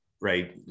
right